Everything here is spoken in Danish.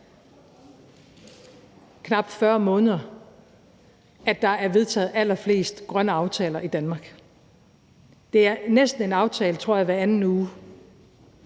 knap 40 måneder, at der er vedtaget allerflest grønne aftaler i Danmark. Det er næsten en aftale hver anden uge,